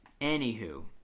Anywho